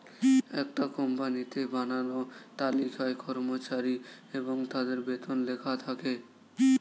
একটা কোম্পানিতে বানানো তালিকায় কর্মচারী এবং তাদের বেতন লেখা থাকে